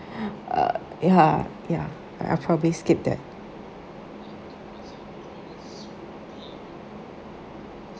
uh ya ya I probably skip that